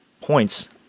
points